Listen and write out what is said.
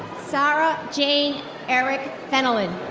sara jane erik fenelon.